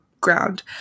ground